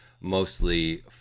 mostly